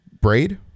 Braid